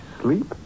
sleep